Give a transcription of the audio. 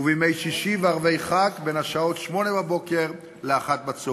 ובימי שישי וערבי חג, בין השעות 08:00 ל-13:00.